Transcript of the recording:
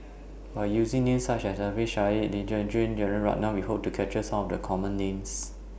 By using Names such as Alfian Sa'at Yee Jenn Jong Jalan Ratnam We Hope to capture Some of The Common Names